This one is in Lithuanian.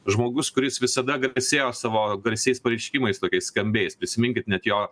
žmogus kuris visada garsėjo savo garsiais pareiškimais tokiais skambiais prisiminkit net jo